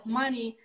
money